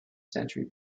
century